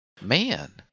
Man